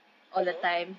tegur